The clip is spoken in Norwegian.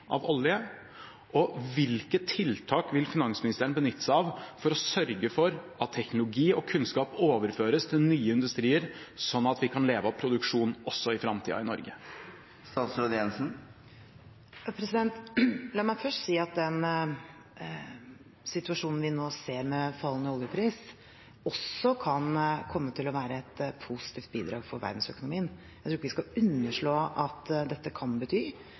av olje? Og hvilke tiltak vil finansministeren benytte seg av for å sørge for at teknologi og kunnskap overføres til nye industrier, sånn at vi kan leve av produksjon i Norge også i framtiden? La meg først si at den situasjonen vi nå ser, med fallende oljepris, også kan komme til å være et positivt bidrag til verdensøkonomien. Jeg tror ikke vi skal underslå at dette kan bety